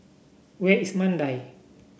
where is Mandai